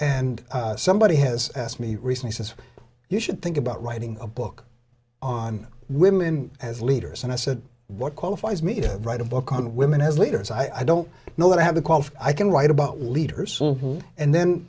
and somebody has asked me recently says you should think about writing a book on women as leaders and i said what qualifies me to write a book on women as leaders i don't know what i have to call for i can write about leaders and then